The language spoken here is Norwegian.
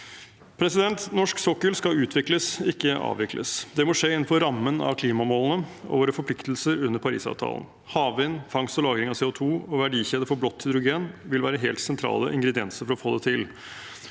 Norsk sokkel skal utvikles, ikke avvikles. Det må skje innenfor rammen av klimamålene og våre forpliktelser under Parisavtalen. Havvind, fangst og lagring av CO2 og verdikjeder for blått hydrogen vil være helt sentrale ingredienser for å få det til.